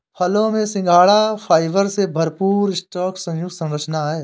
फलों में सिंघाड़ा फाइबर से भरपूर स्टार्च युक्त संरचना है